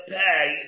pay